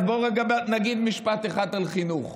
אז בואו רגע נגיד משפט אחד על חינוך,